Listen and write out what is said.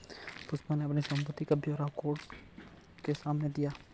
पुष्पा ने अपनी संपत्ति का ब्यौरा कोर्ट के सामने दिया